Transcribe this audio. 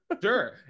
Sure